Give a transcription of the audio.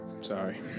sorry